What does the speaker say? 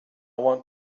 want